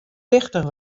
wichtich